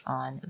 on